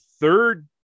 third